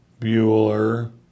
Bueller